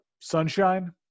sunshine